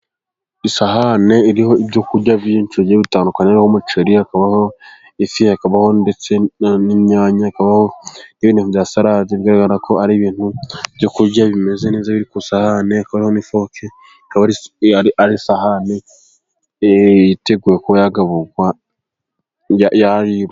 Isahane iriho ibyo kurya byinshi bigiye bitandukanye, hakabaho umuceri, hakabaho ifi, hakabaho ndetse n'imyanya, hakabaho n'ibintu bya salade, bigaragara ko ari ibintu byo kurya bimeze neza, biri ku isahane hakabaho n'ifoke, akaba ari isahane yiteguye kuba yagaburwa yaribwa.